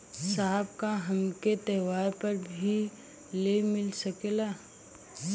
साहब का हमके त्योहार पर भी लों मिल सकेला?